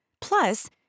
Plus